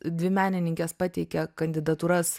dvi menininkės pateikė kandidatūras